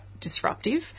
disruptive